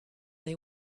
they